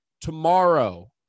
tomorrow